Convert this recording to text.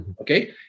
Okay